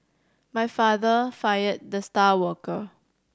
my father fired the star worker